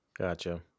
Gotcha